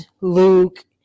Luke